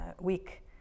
week